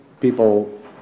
people